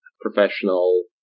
professional